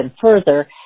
further